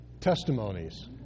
testimonies